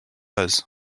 was